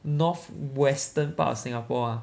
north western part of Singapore ah